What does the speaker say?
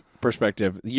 perspective